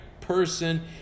person